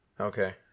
Okay